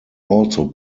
also